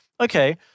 Okay